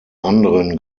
anderen